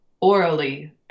orally